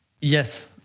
yes